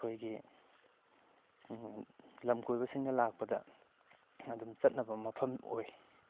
ꯑꯩꯈꯣꯏꯒꯤ ꯂꯝꯀꯣꯏꯕꯁꯤꯡꯅ ꯂꯥꯛꯄꯗ ꯑꯗꯨꯝ ꯆꯠꯅꯕ ꯃꯐꯝ ꯑꯣꯏ